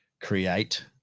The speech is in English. Create